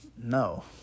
No